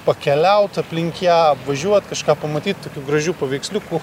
pakeliaut aplink ją važiuot kažką pamatyti tokių gražių paveiksliukų